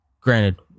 Granted